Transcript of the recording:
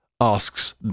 asks